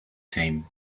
team